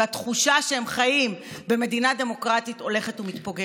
והתחושה שהם חיים במדינה דמוקרטית הולכת ומתפוגגת.